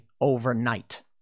overnight